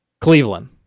Cleveland